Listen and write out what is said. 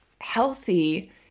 healthy